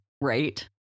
Right